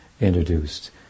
introduced